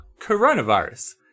coronavirus